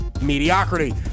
mediocrity